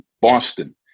Boston